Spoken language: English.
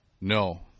No